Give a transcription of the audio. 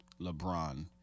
LeBron